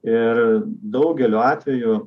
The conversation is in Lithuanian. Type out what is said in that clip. ir daugeliu atvejų